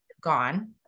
gone